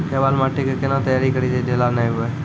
केवाल माटी के कैना तैयारी करिए जे ढेला नैय हुए?